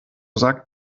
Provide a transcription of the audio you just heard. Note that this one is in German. sagt